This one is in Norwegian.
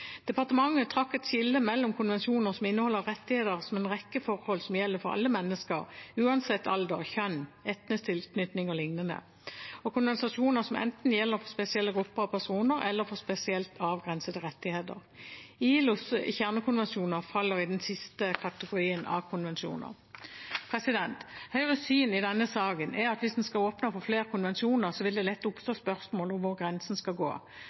Departementet trakk et skille mellom konvensjoner som inneholder rettigheter om en rekke forhold som gjelder for alle mennesker, uansett alder og kjønn, etnisk tilknytning og lignende, og konvensjoner som enten gjelder for spesielle grupper av personer eller for spesielt avgrensede rettigheter. ILOs kjernekonvensjoner faller i den siste kategorien av konvensjoner. Høyres syn i denne saken er at hvis en skal åpne for flere konvensjoner, vil det lett oppstå spørsmål om hvor grensen skal gå.